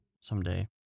someday